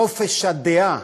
חופש הדעה.